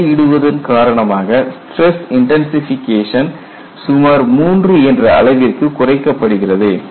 துளை இடுவதன் காரணமாக ஸ்டிரஸ் இன்டன்சிஃபிகேஷன் சுமார் 3 என்ற அளவிற்கு குறைக்கப்படுகிறது